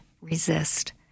resist